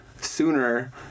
sooner